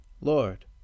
Lord